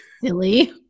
Silly